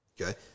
Okay